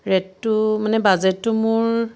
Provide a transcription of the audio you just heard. ৰেতটো মানে বাজেটটো মোৰ